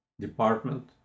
Department